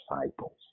disciples